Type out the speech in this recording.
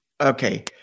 Okay